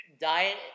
diet